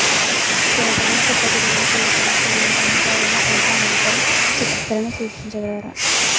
తినదగిన పుట్టగొడుగుల జీవితాన్ని పొడిగించేందుకు ఎవరైనా పంట అనంతర చికిత్సలను సూచించగలరా?